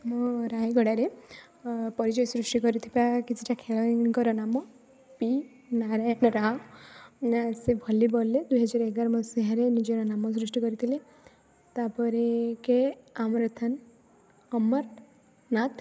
ମୋ ରାୟଗଡ଼ାରେ ପରିଚୟ ସୃଷ୍ଟି କରିଥିବା କିଛିଟା ଖେଳାଳୀଙ୍କର ନାମ ପି ନାରାୟଣ ରାଓ ସେ ଭଲିବଲ୍ରେ ଦୁଇ ହଜାର ଏଗାର ମସିହାରେ ନିଜର ନାମ ସୃଷ୍ଟି କରିଥିଲେ ତାପରେ କେ ଆମ ରତନ ଅମର ନାଥ